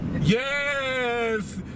yes